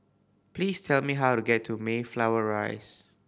please tell me how to get to Mayflower Rise